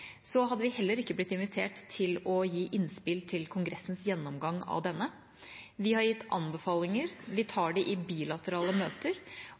så hadde vi heller ikke blitt invitert til å gi innspill til Kongressens gjennomgang av den. Vi har gitt anbefalinger, vi tar det i bilaterale møter,